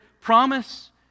promise